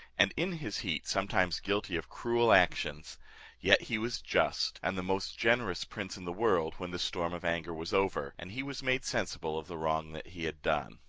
and in his heat sometimes guilty of cruel actions yet he was just, and the most generous prince in the world, when the storm of anger was over, and he was made sensible of the wrong he had done.